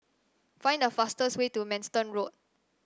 find the fastest way to Manston Road